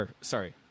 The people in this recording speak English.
Sorry